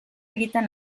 egiten